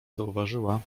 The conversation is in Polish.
zauważyła